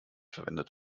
verwendet